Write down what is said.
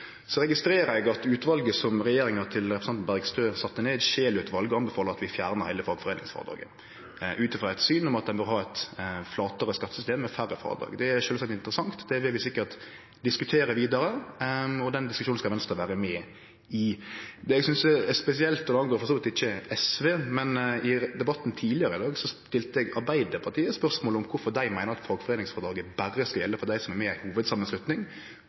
Så registrerer eg at utvalet som regjeringa til representanten Bergstø sette ned, Scheel-utvalet, anbefaler at vi fjernar heile fagforeiningsfrådraget ut frå eit syn om at ein bør ha eit flatare skattesystem med færre frådrag. Det er sjølvsagt interessant. Det vil vi sikkert diskutere vidare, og den diskusjonen skal Venstre vere med i. Det eg synest er spesielt, og det angår for så vidt ikkje SV, er: I debatten tidlegare i dag stilte eg Arbeidarpartiet spørsmål om kvifor dei meiner at fagforeiningsfrådraget berre skal gjelde for dei som er med i ei hovudsamanslutning,